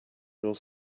your